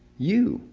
you,